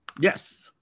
Yes